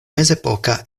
mezepoka